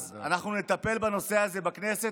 אז אנחנו נטפל בנושא הזה בכנסת,